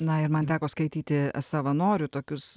na ir man teko skaityti savanorių tokius